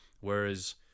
Whereas